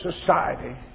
society